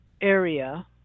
area